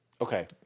okay